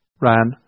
ran